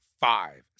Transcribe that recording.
five